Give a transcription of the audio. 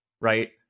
right